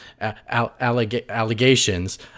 allegations